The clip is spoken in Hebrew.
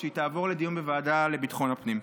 היא תעבור לדיון בוועדה לביטחון הפנים.